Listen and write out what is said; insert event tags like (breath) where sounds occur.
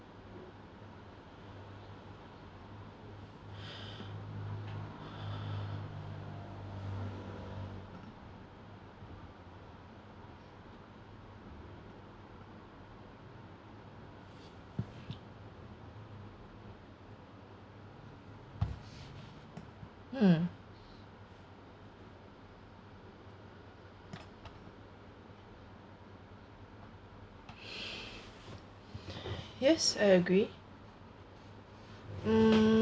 mm (breath) yes I agree mm